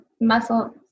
muscle